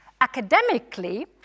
Academically